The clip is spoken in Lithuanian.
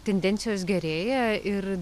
tendencijos gerėja ir